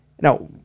Now